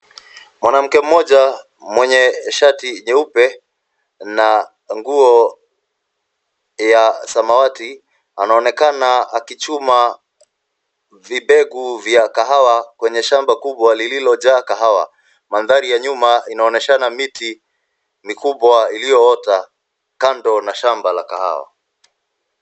Mwanamke mmoja mwenye shati nyeupe na nguo ya samawati anaonekana akichuma vibegu vya kahawa kwenye shamba kubwa lililojaa kahawa. Mandhari ya nyuma inaonyeshana miti mikubwa iliyoota kando na shamba la kahawa.